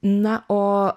na o